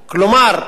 כלומר,